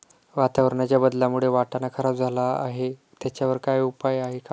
वातावरणाच्या बदलामुळे वाटाणा खराब झाला आहे त्याच्यावर काय उपाय आहे का?